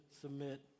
submit